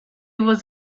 was